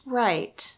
right